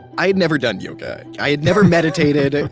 i had never done yoga. i had never meditated. and